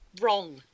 wrong